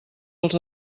els